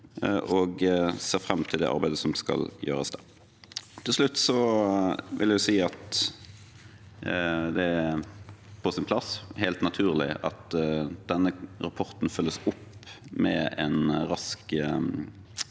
Jeg ser fram til det arbeidet som skal gjøres da. Til slutt vil jeg si at det er på sin plass og helt naturlig at denne rapporten følges opp med en rask